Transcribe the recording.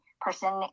person